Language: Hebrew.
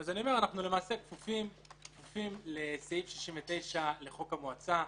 אנחנו למעשה כפופים לסעיף 69 לחוק המועצה,